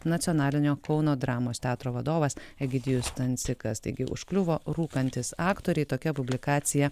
nacionalinio kauno dramos teatro vadovas egidijus stancikas taigi užkliuvo rūkantys aktoriai tokia publikacija